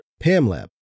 PamLab